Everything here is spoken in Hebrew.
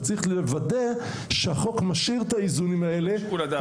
וצריך לוודא שהחוק משאיר את האיזונים האלה